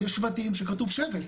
יש בתים שכתוב שבט,